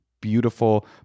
beautiful